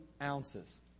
ounces